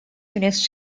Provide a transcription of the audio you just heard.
دونست